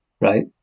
Right